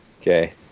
okay